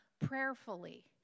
prayerfully